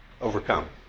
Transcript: overcome